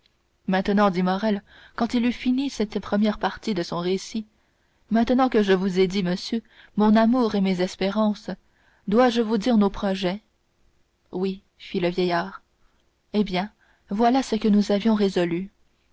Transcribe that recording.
maintenant dit morrel quand il eut fini cette première partie de son récit maintenant que je vous ai dit monsieur mon amour et mes espérances dois-je vous dire nos projets oui fit le vieillard eh bien voilà ce que nous avions résolu